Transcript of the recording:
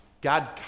God